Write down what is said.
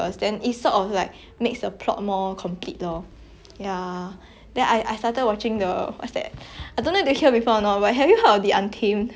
I don't have know if you heard before or not but have you heard of the untamed ya ya it was quite popular then like it's like these two actors lah